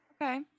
okay